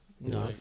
No